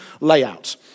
layout